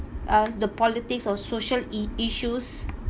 uh the politics of social i~ issues